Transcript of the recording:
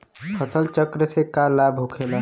फसल चक्र से का लाभ होखेला?